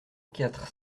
quatre